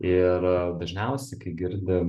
ir dažniausiai kai girdi